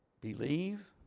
Believe